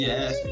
Yes